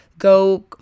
Go